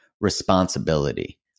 responsibility